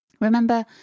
Remember